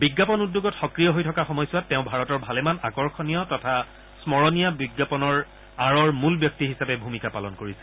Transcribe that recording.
বিজ্ঞাপন উদ্যোগত সক্ৰিয় হৈ থকা সময়ছোৱাত তেওঁ ভাৰতৰ ভালেমান আকৰ্ষণীয় তথা স্মৰণীয় বিজ্ঞাপনৰ আঁৰৰ মূল ব্যক্তি হিচাপে ভূমিকা পালন কৰিছিল